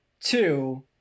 Two